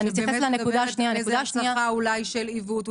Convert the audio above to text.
שבאמת תהיה איזו הנצחה אולי של עיוות,